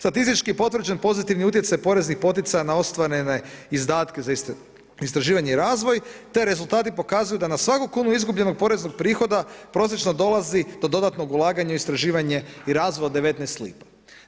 Statistički potvrđen pozitivni utjecaj poreznih poticaja na ostvarene izdatke za istraživanje i razvoj, te rezultati pokazuju da na svakog … izgubljenog poreznog prihoda prosječno dolazi do dodatnog ulaganja i istraživanje i razvoj od 19 lipa.